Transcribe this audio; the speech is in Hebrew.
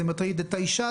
זה מטריד את האישה,